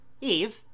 Eve